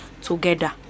together